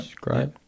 great